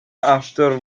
after